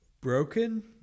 Broken